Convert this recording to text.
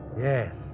Yes